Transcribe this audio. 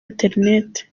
internet